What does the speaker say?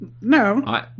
no